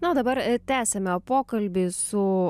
na o dabar tęsiame pokalbį su